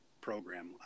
program